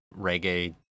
reggae